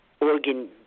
organ